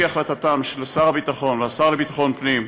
על-פי החלטתם של שר הביטחון והשר לביטחון הפנים,